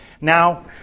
Now